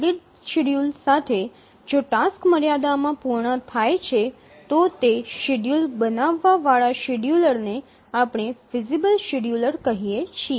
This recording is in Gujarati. વેલિડ શેડ્યૂલ સાથે જો ટાસ્ક સમયમર્યાદા માં પૂર્ણ થાય છે તો તે શેડ્યૂલ બનાવવા વાળા શેડ્યૂલ૨ ને આપણે ફિઝીબલ શેડ્યૂલર કહીએ છીએ